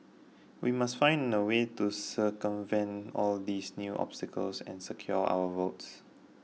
we must find a way to circumvent all these new obstacles and secure our votes